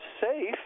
safe